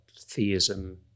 theism